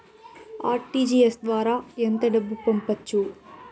RTGS ద్వారా ఎంత డబ్బు పంపొచ్చు?